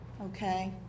Okay